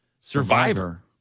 survivor